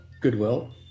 goodwill